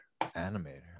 Animator